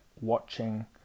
watching